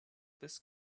this